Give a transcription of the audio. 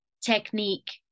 technique